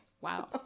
Wow